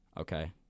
Okay